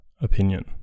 opinion